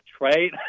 Right